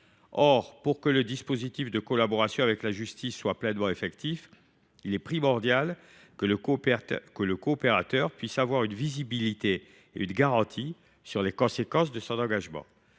Or, pour que le dispositif de collaboration avec la justice soit pleinement effectif, il est primordial que le coopérateur puisse avoir une visibilité et une garantie sur les conséquences de son engagement.